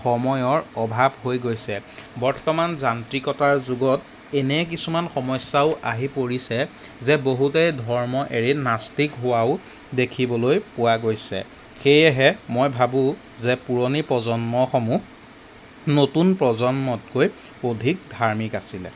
সময়ৰ অভাৱ হৈ গৈছে বৰ্তমান যান্ত্ৰিকতাৰ যুগত এনে কিছুমান সমস্যাও আহি পৰিছে যে বহুতেই ধৰ্ম এৰি নাস্তিক হোৱাও দেখিবলৈ পোৱা গৈছে সেয়েহে মই ভাবোঁ যে পুৰণি প্ৰজন্মসমূহ নতুন প্ৰজন্মতকৈ অধিক ধাৰ্মিক আছিলে